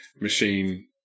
machine